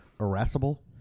irascible